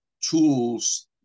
tools